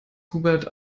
hubert